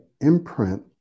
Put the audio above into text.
imprint